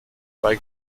bei